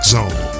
Zone